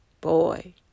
boy